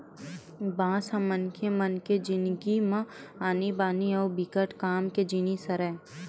बांस ह मनखे मन के जिनगी म आनी बानी अउ बिकट काम के जिनिस हरय